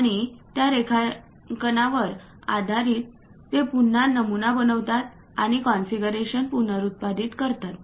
आणि त्या रेखांकनांवर आधारित ते पुन्हा नमुना बनवतात आणि कॉन्फिगरेशन पुनरुत्पादित करतात